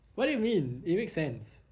what do you mean it makes sense